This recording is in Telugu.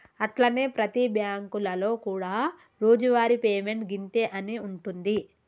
అట్లనే ప్రతి బ్యాంకులలో కూడా రోజువారి పేమెంట్ గింతే అని ఉంటుంది